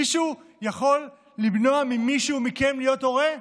מישהו יכול למנוע ממישהו מכם להיות הורה?